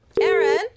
Aaron